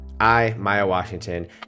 IMayaWashington